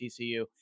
TCU